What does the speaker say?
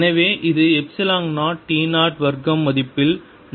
எனவே இது epsilon 0 t 0 வர்க்கம் மதிப்பில் நான்கில் ஒரு பங்காக மாறுகிறது